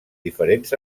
diferents